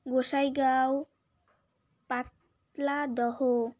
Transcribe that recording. Gossaigaon Patladaha